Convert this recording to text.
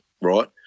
right